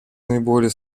наиболее